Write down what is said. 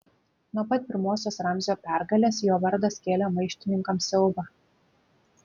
nuo pat pirmosios ramzio pergalės jo vardas kėlė maištininkams siaubą